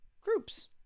groups